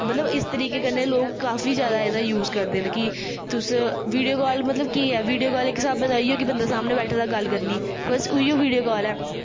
मतलब इस तरीके कन्नै लोग काफी जादा एह्दा यूज करदे न कि तुस वीडियो कॉल मतलब केह् ऐ वीडियो कॉल इक स्हाबै दा इयै कि बंदा सामनै बैठे दा गल्ल करनी बस उयो वीडियो कॉल ऐ